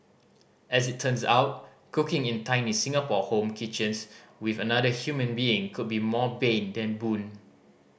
as it turns out cooking in tiny Singapore home kitchens with another human being could be more bane than boon